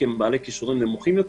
כי הן בעלות כישורים נמוכים יותר.